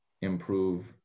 improve